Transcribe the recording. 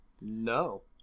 No